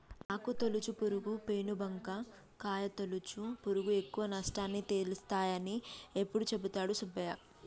ఆకు తొలుచు పురుగు, పేను బంక, కాయ తొలుచు పురుగులు ఎక్కువ నష్టాన్ని తెస్తాయని ఎప్పుడు చెపుతాడు సుబ్బయ్య